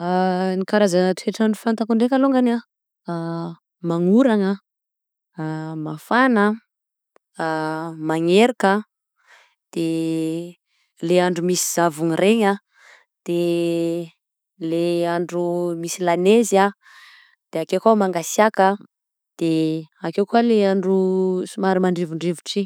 Ny karazana toe-trandro fantako ndraiky alongany: magnorana a, mafana a, magnerika a, de le andro misy zavona regny a, de le andro misy lanezy, de akeo koa mangasiàka de akeo koa le andro somary mandrivondrivotra iny.